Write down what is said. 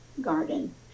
garden